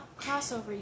Crossover